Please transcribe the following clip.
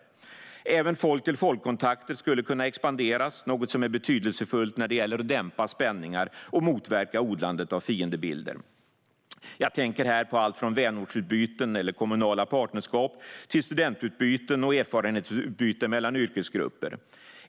Även folk-till-folk-kontakter skulle kunna expanderas, något som är betydelsefullt när det gäller att dämpa spänningar och motverka odlandet av fiendebilder. Jag tänker här på allt från vänortsutbyten eller kommunala partnerskap till studentutbyten och erfarenhetsutbyten mellan yrkesgrupper.